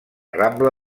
rambla